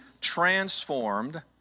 transformed